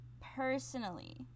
personally